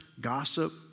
gossip